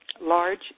Large